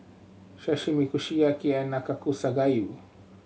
Sashimi Kushiyaki and Nanakusa Gayu